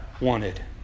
wanted